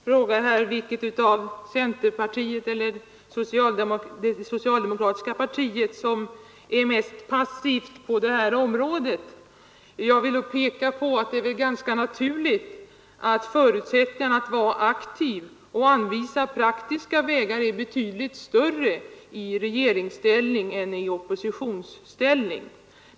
Herr talman! Handelsministern frågade vilket parti, centerpartiet eller det socialdemokratiska partiet, som är mest passivt på det här området. Jag vill då peka på att det är ganska naturligt att förutsättningarna att vara aktiv och anvisa praktiska vägar är betydligt större i regeringsställning än i oppositionsställning.